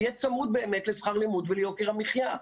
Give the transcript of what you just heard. שהכסף יהיה צמוד לשכר הלימוד וליוקר המחייה,